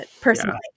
personally